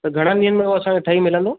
त घणनि ॾियनि में उहो असांखे ठही मिलंदो